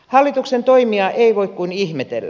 hallituksen toimia ei voi kuin ihmetellä